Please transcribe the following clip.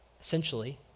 essentially